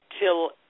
till